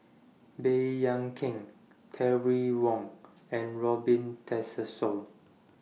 Baey Yam Keng Terry Wong and Robin Tessensohn